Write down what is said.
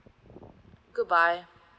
goodbye